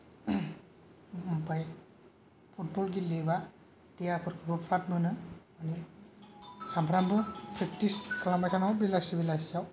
ओमफाय फुटबल गेलेयोबा देहाफोरखौबो फ्राद मोनो माने सामफ्रामबो प्रेक्तिस खालामबाय थानांगौ बेलासि बेलासियाव